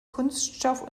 kunststoff